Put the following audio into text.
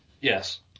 Yes